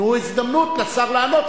תיתנו הזדמנות לשר לענות.